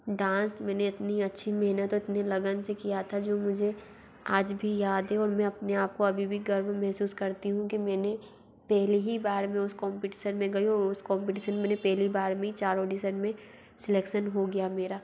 dance मैंने इतनी अच्छी मेहनत इतनी लगन से किया था जो मुझे आज भी याद है और मैं अपने आप को अभी भी गर्व महसूस करती हूँ कि मैंने पहली ही बार में उस कॉम्पटीसन में गई और उस कॉम्पटीसन में मैंने पहली बार में चार ऑडीसन में सेलेक्सन हो गया मेरा